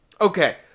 Okay